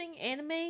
anime